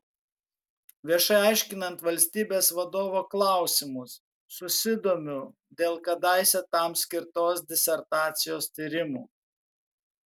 viešai aiškinant valstybės vadovo klausimus susidomiu dėl kadaise tam skirtos disertacijos tyrimų